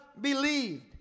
believed